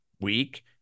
week